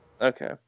Okay